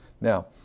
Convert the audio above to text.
Now